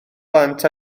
plant